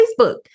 Facebook